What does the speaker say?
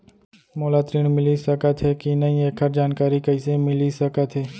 मोला ऋण मिलिस सकत हे कि नई एखर जानकारी कइसे मिलिस सकत हे?